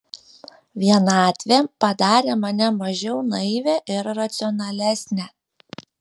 vienatvė padarė mane mažiau naivią ir racionalesnę